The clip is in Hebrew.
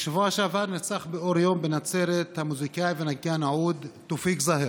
בשבוע שעבר נרצח באור יום בנצרת המוזיקאי ונגן העוּד תאופיק זהר.